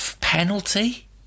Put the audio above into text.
penalty